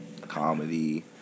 comedy